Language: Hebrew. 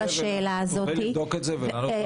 תוכלי לבדוק ולהחזיר תשובה לוועדה?